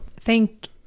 thank